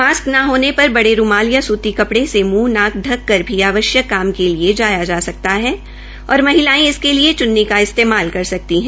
mask न होने पर बड़े रूमाल या सूती कपड़े से अपना मुंह नाक ढकर भी आवश्यक काम के लिए जाया जा सकता है और महिलायें इसके लिए च्न्नी का भी प्रयोग कर सकती है